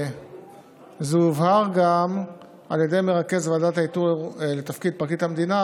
זה הובהר גם על ידי מרכז ועדת האיתור לתפקיד פרקליט המדינה,